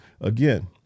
Again